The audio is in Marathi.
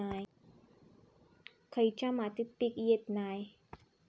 खयच्या मातीत पीक येत नाय?